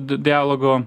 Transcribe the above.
d dialogo